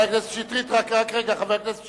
חבר הכנסת שטרית, אדוני